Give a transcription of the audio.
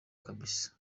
kbs